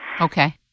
Okay